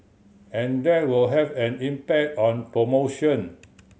and that will have an impact on promotion